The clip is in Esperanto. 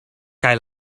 kaj